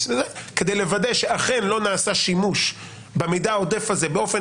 כדי לוודא שאכן לא נעשה שימוש במידע העודף הזה באופן